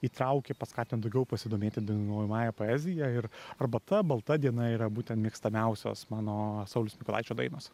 įtraukė paskatino daugiau pasidomėti dainuojamąja poezija ir arbata balta diena yra būtent mėgstamiausios mano sauliaus mykolaičio dainos